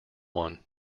one